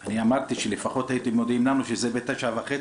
אני אמרתי שלפחות הייתם מודיעים לנו שזה ב-21:30,